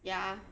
ya